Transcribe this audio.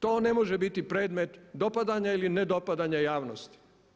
To ne može biti predmet dopadanja ili ne dopadanja javnosti.